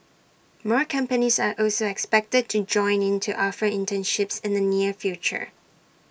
more companies are also expected to join in to offer internships in the near future